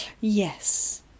yes